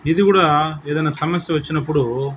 ఇది కూడా ఏదైనా సమస్య వచ్చినప్పుడు